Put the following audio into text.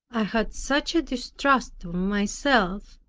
i had such a distrust of myself,